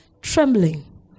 trembling